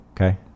okay